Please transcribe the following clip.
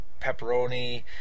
pepperoni